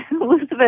Elizabeth